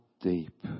deep